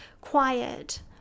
quiet